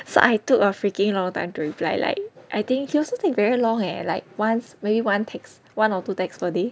so I took a freaking long time to reply like I think he also take very long eh like once maybe one text one or two text per day